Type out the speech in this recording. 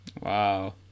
Wow